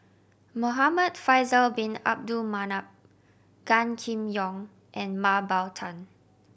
Muhamad Faisal Bin Abdul Manap Gan Kim Yong and Mah Bow Tan